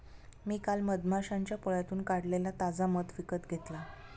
मी काल मधमाश्यांच्या पोळ्यातून काढलेला ताजा मध विकत घेतला